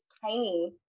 tiny